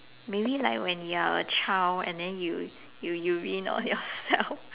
maybe like when you're a child and then you you urine on yourself